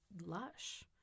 lush